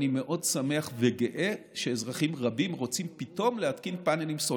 אני מאוד שמח וגאה שאזרחים רבים רוצים פתאום להתקין פאנלים סולריים.